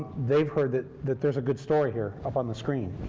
they've heard that that there's a good story here up on the screen,